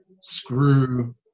screw